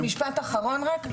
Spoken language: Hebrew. אז משפט אחרון רק,